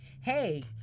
hey